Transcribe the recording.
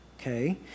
Okay